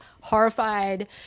horrified